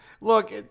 look